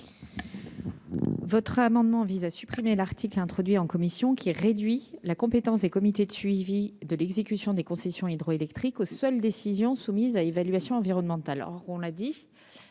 Votre amendement vise à supprimer l'article introduit en commission qui réduit la compétence des comités de suivi de l'exécution des concessions hydroélectriques au seule décision soumise à évaluation environnementale,